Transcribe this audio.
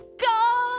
god?